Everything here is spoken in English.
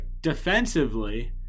defensively